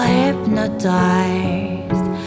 hypnotized